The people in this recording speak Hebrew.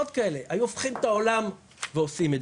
היחידות האלה היו אמורות להיסגר.